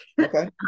Okay